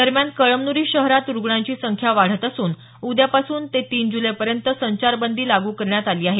दरम्यान कळमनुरी शहरात रुग्णांची संख्या वाढत असून उद्यापासून ते तीन जुलै पर्यंत संचारबंदी लागू करण्यात आली आहे